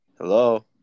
hello